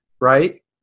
right